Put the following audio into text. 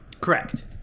Correct